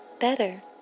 better